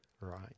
right